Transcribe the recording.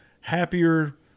happier